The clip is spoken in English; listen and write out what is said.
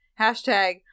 Hashtag